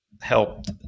helped